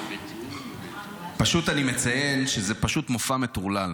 אני מציין שזה פשוט מופע מטורלל.